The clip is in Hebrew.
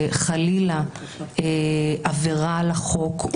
לחלילה עבירה על החוק,